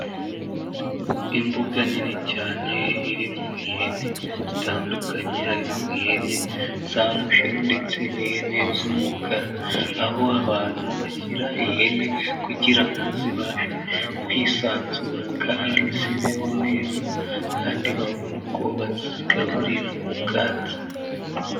Imbuga nini cyane irimo ihene zitandukanye harimo ihene za musheru ndetse n'ihene z'umukara, aho abantu bashyira ihene kugira ngo zibashe kwisanzura kandi zibeho neza kandi babone uko bazigaburira ubwatsi.